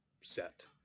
set